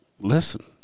Listen